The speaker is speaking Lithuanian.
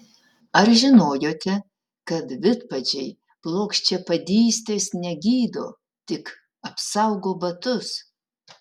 ar žinojote kad vidpadžiai plokščiapadystės negydo tik apsaugo batus